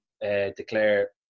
declare